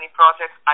projects